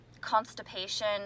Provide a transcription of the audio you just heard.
constipation